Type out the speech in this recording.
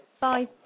Bye